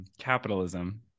Capitalism